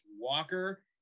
Walker